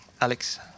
Alex